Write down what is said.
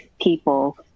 people